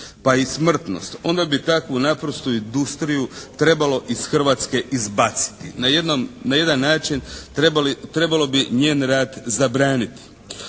pa i smrtnost, onda bi takvu naprosto industriju trebalo iz Hrvatske izbaciti. Na jedan način trebalo bi njen rad zabraniti.